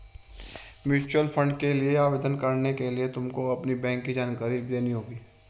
mutual fund के लिए आवेदन करने के लिए तुमको अपनी बैंक की जानकारी भी देनी होगी